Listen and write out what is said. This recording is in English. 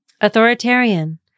Authoritarian